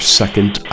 second